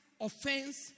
offense